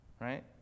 right